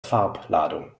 farbladung